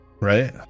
right